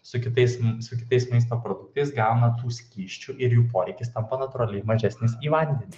su kitais su kitais maisto produktais gauna tų skysčių ir jų poreikis tampa natūraliai mažesnis į vandenį